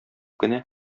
кенә